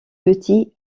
petits